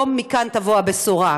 לא מכאן תבוא הבשורה.